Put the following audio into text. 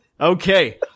Okay